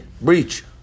breach